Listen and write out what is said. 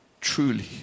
Truly